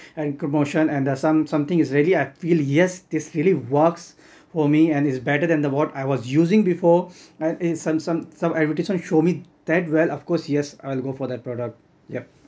and commercial and some something I feel yes this really works for me and is better than the what I was using before uh it some some some advertisement show me that well of course yes I'll go for that product yep